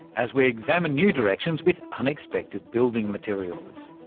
as we examine new directions with unexpected building materials.